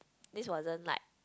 this wasn't like